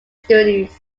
studies